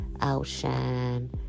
outshine